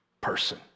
person